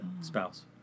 spouse